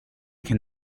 can